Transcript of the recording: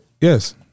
Yes